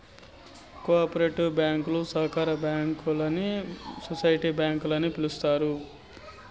co operative బ్యాంకులు సహకార bank అని సోసిటీ బ్యాంక్ అని పిలుత్తారు